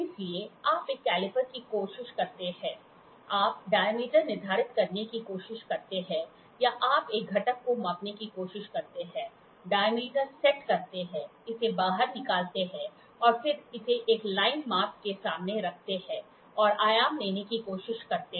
इसलिए आप एक कैलिपर की कोशिश करते हैं आप डायमीटर निर्धारित करने की कोशिश करते हैं या आप एक घटक को मापने की कोशिश करते हैं डायमीटर सेट करते हैं इसे बाहर निकालते हैं और फिर इसे एक लाइन माप के सामने रखते हैं और आयाम लेने की कोशिश करते हैं